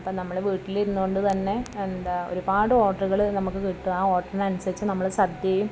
അപ്പം നമ്മൾ വീട്ടിലിരുന്നു കൊണ്ടു തന്നെ എന്താ ഒരുപാട് ഓർഡറുകൾ നമുക്കു കിട്ടും ആ ഓർഡറിനനുസരിച്ചു നമ്മൾ സദ്യയും